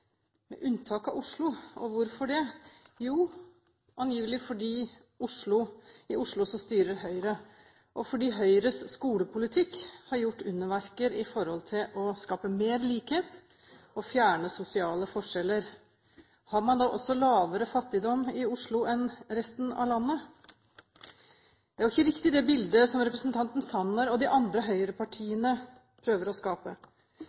Med unntak av Oslo – og hvorfor det? Jo, angivelig fordi i Oslo styrer Høyre, og fordi Høyres skolepolitikk har gjort underverker med hensyn til å skape mer likhet og fjerne sosiale forskjeller. Har man da også mindre fattigdom i Oslo enn i resten av landet? Det er ikke riktig, det bildet representanten Sanner og de andre høyrepartiene prøver å skape.